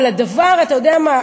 אבל הדבר, אתה יודע מה?